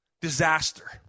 Disaster